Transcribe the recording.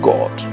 God